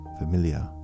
familiar